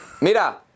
Mira